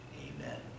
Amen